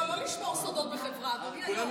לא, לא לשמור סודות בחברה, אדוני היו"ר.